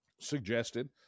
suggested